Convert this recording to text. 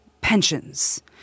pensions